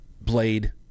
blade